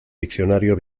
diccionario